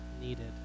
needed